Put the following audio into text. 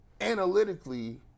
analytically